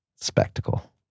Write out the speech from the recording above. Spectacle